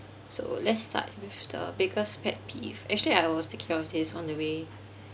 so let's start with the biggest pet peeve actually I was thinking of this on the way